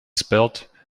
spelled